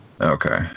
Okay